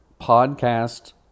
podcast